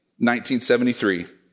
1973